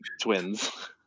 twins